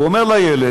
הוא אומר לילד: